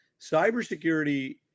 Cybersecurity